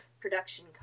production